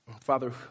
Father